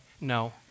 No